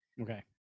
Okay